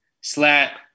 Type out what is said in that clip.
slap